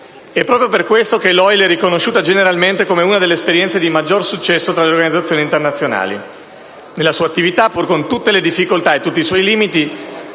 Proprio per questo l'OIL è generalmente riconosciuta come una delle esperienze di maggior successo tra le organizzazioni internazionali. Nella sua attività, pur con tutte le difficoltà e tutti i suoi limiti,